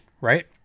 Right